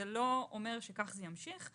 זה לא אומר שכך זה ימשיך.